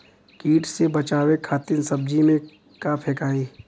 कीट से बचावे खातिन सब्जी में का फेकाई?